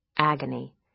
Agony